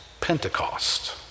Pentecost